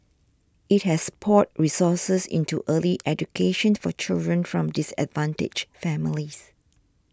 it has poured resources into early education for children from disadvantaged families